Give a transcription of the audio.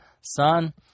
Son